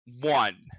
One